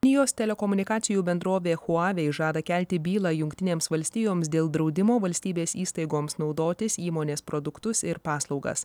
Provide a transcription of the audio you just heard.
jos telekomunikacijų bendrovė huawei žada kelti bylą jungtinėms valstijoms dėl draudimo valstybės įstaigoms naudotis įmonės produktus ir paslaugas